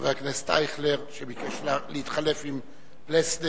חבר הכנסת ישראל אייכלר, שביקש להתחלף עם פלסנר.